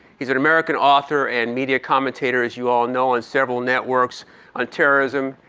he's an american author and media commentator, as you all know on several networks on terrorism,